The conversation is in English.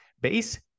Base